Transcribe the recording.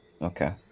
Okay